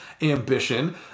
ambition